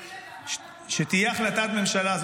יהיה, שתהיה החלטת ממשלה.